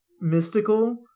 Mystical